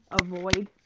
avoid